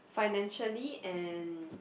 financially and